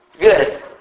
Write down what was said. Good